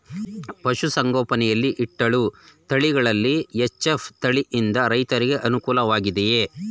ಪಶು ಸಂಗೋಪನೆ ಯಲ್ಲಿ ಇಟ್ಟಳು ತಳಿಗಳಲ್ಲಿ ಎಚ್.ಎಫ್ ತಳಿ ಯಿಂದ ರೈತರಿಗೆ ಅನುಕೂಲ ವಾಗಿದೆಯೇ?